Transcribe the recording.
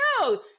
no